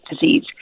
disease